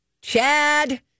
Chad